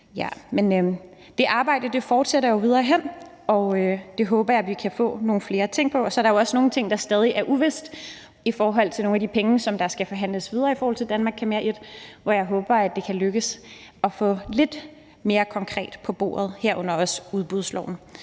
Det arbejde fortsætter videre frem, og det håber jeg vi får nogle flere ting på, og så er der jo også nogle ting, der stadig er uvisse i forhold til nogle af de penge, som der skal forhandles om videre i forhold til »Danmark kan mere I«, hvor jeg håber det kan lykkes at få noget lidt mere konkret på bordet, herunder også udbudsloven.